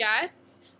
guests